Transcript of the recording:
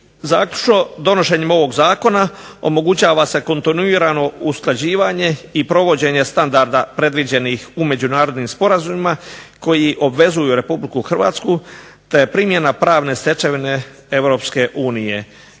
zaključno. Donošenjem ovog Zakona omogućava se kontinuirano usklađivanje i provođenje standarda predviđenih u međunarodnim sporazumima koji obvezuju Republiku Hrvatsku, te primjena pravne stečevine